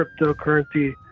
cryptocurrency